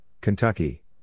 Kentucky